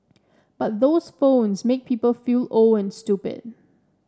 but those phones make people feel old and stupid